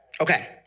Okay